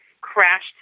crashed